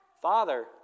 Father